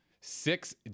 Six